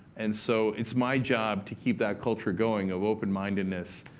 and so it's my job to keep that culture going of open-mindedness.